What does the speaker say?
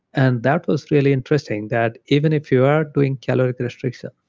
and that was really interesting that even if you are doing caloric restriction,